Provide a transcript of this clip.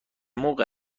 موقع